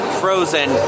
frozen